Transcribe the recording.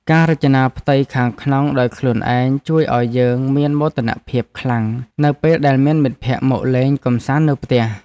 ការរចនាផ្ទៃខាងក្នុងដោយខ្លួនឯងជួយឱ្យយើងមានមោទនភាពខ្លាំងនៅពេលដែលមានមិត្តភក្តិមកលេងកម្សាន្តនៅផ្ទះ។